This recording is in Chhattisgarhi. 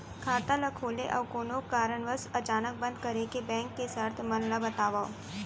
खाता ला खोले अऊ कोनो कारनवश अचानक बंद करे के, बैंक के शर्त मन ला बतावव